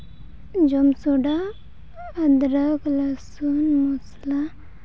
ᱡᱚᱢ ᱥᱳᱰᱟ ᱟᱫᱽᱨᱚᱠ ᱨᱟᱹᱥᱩᱱ ᱢᱚᱥᱞᱟ